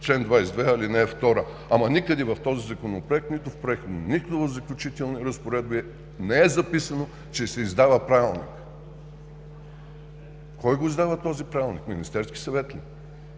чл. 22, ал. 2. Но никъде в този Законопроект, нито в Проекта, нито в Заключителните разпоредби не е записано, че се издава Правилник. Кой го издава този Правилник? Министерският съвет ли?